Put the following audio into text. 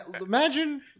imagine